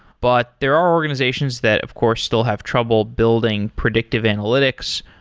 but there are organizations that of course still have trouble building predictive analytics,